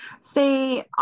See